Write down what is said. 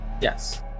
Yes